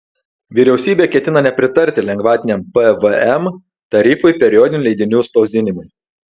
vyriausybė ketina nepritarti lengvatiniam pvm tarifui periodinių leidinių spausdinimui